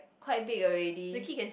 quite big already